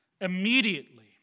immediately